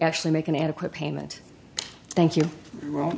actually make an adequate payment thank you ro